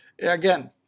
again